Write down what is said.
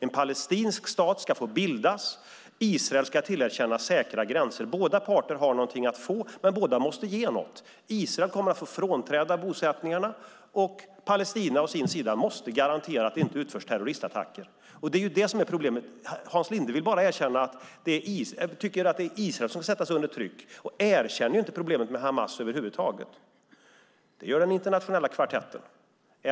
En palestinsk stat ska få bildas, och Israel ska tillerkännas säkra gränser. Båda parter har något att få, men båda måste ge något. Israel kommer att få frånträda bosättningarna, och Palestina å sin sida måste garantera att det inte utförs terroristattacker. Problemet är att Hans Linde vill bara att Israel ska sättas under tryck och erkänner inte problemet med Hamas över huvud taget. Det gör den internationella kvartetten.